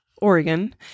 Oregon